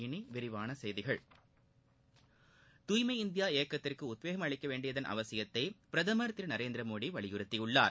இளி விரிவாள செய்திகள் துய்மை இந்தியா இயக்கத்திற்கு உத்வேகம் அளிக்க வேண்டியதன் அவசியத்தை பிரதமர் திரு நரேந்திர மோடி வலியுறுத்தியுள்ளார்